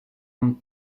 amb